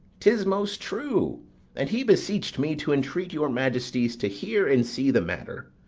tis most true and he beseech'd me to entreat your majesties to hear and see the matter.